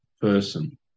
person